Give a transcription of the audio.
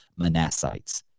Manassites